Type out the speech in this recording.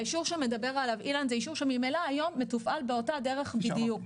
האישור שמדבר עליו אילן הוא אישור שממילא היום מתופעל באותה הדרך בדיוק,